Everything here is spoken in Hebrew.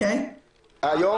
היום,